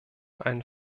einen